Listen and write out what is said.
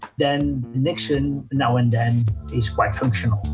then niksen now and then is quite functional.